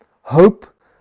hope